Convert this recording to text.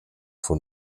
von